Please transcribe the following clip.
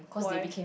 why